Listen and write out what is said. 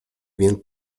więc